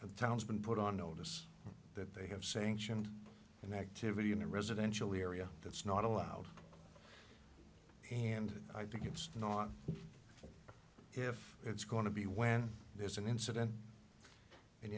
the town's been put on notice that they have sanctioned an activity in a residential area that's not allowed and i think it's not if it's going to be when there's an incident and